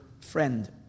friend